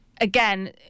again